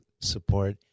support